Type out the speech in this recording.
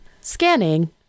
Scanning